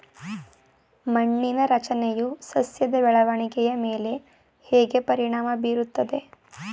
ಮಣ್ಣಿನ ರಚನೆಯು ಸಸ್ಯದ ಬೆಳವಣಿಗೆಯ ಮೇಲೆ ಹೇಗೆ ಪರಿಣಾಮ ಬೀರುತ್ತದೆ?